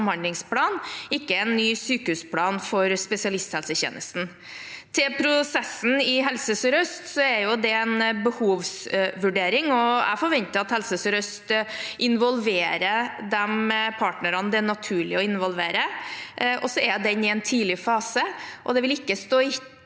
ikke en ny sykehusplan for spesialisthelsetjenesten. Når det gjelder prosessen i Helse sør-øst, er det en behovsvurdering, og jeg forventer at Helse sør-øst involverer de partnerne det er naturlig å involvere. Den er i en tidlig fase, og den vil ikke stå i